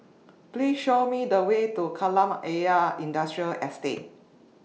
Please Show Me The Way to Kolam Ayer Industrial Estate